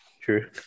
true